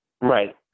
Right